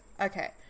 Okay